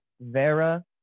Vera